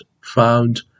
found